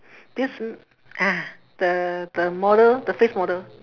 this uh ah the the model the face model